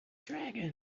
dragon